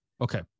Okay